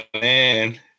man